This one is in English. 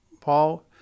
Paul